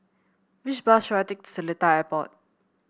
which bus should I take to Seletar Airport